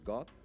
God